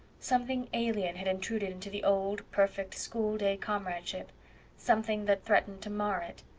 something alien had intruded into the old, perfect, school-day comradeship something that threatened to mar it.